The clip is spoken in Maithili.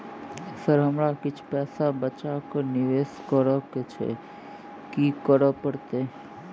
सर हमरा किछ पैसा बचा कऽ निवेश करऽ केँ छैय की करऽ परतै?